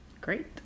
great